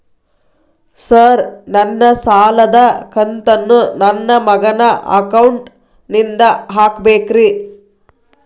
Sir ನನ್ನ ಸಾಲದ ಕಂತನ್ನು ನನ್ನ ಮಗನ ಅಕೌಂಟ್ ನಿಂದ ಹಾಕಬೇಕ್ರಿ?